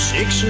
Six